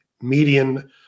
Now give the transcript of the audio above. median